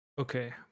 Okay